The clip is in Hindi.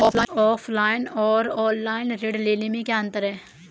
ऑफलाइन और ऑनलाइन ऋण लेने में क्या अंतर है?